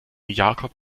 jakob